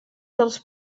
dels